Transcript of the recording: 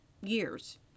years